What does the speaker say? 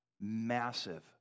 massive